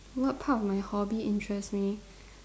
what part of my hobby interest me